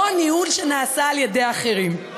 לא ניהול שנעשה על-ידי אחרים.